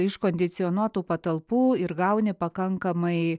iš kondicionuotų patalpų ir gauni pakankamai